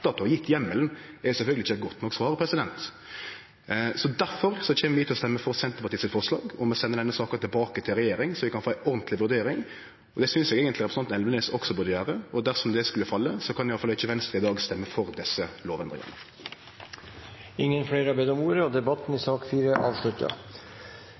er sjølvsagt ikkje eit godt nok svar. Difor kjem vi til å stemme for Senterpartiets forslag om å sende denne saka tilbake til regjeringa, så vi kan få ei ordentleg vurdering. Det synest eg eigentleg representanten Elvenes også burde gjere, og dersom det forslaget skulle falle, kan iallfall ikkje Venstre i dag stemme for desse lovendringane. Flere har ikke bedt om ordet